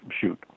shoot